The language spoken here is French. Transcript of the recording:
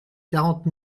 quarante